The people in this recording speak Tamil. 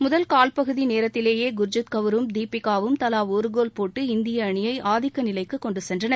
முதல் கால்பகுதி நேரத்திலேயே குர்ஜித் கவுரும் தீபிகாவும் தலா ஒரு கோல் போட்டு இந்திய அணியை ஆதிக்க நிலைக்கு கொண்டு சென்றனர்